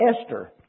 Esther